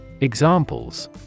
Examples